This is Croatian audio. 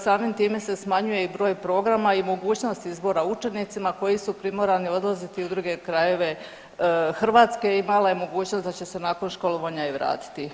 Samim time se smanjuje i broj programa i mogućnost izbora učenicima koji su primorani odlaziti u druge krajeve Hrvatske i mala je mogućnost da će se nakon školovanja i vratiti.